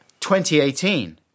2018